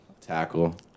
Tackle